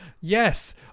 Yes